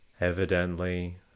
Evidently